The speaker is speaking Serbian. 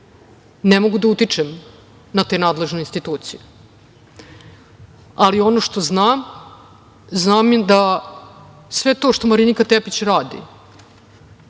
ne mogu da utičem na te nadležne institucije, ali, ono što znam, znam i da sve to što Marinika Tepić radi